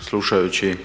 slušajući